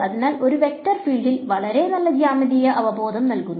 അതിനാൽ ഒരു വെക്റ്റർ ഫീൽഡിൽ വളരെ നല്ല ജ്യാമിതീയ അവബോധം നൽകുന്നു